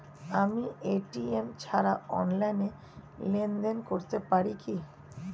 আমি এ.টি.এম ছাড়া অনলাইনে লেনদেন করতে পারি কি?